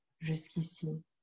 Jusqu'ici